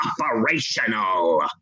Operational